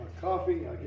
coffee